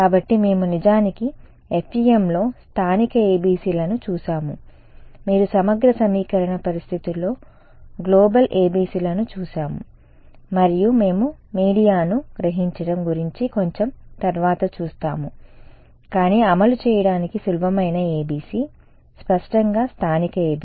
కాబట్టి మేము నిజానికి FEMలో స్థానిక ABC లను చూశాము మీరు సమగ్ర సమీకరణ పద్ధతుల్లో గ్లోబల్ ABC లను చూశాము మరియు మేము మీడియాను గ్రహించడం గురించి కొంచెం తర్వాత చూస్తాము కానీ అమలు చేయడానికి సులభమైన ABC స్పష్టంగా స్థానిక ABC